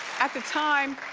at the time,